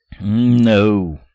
No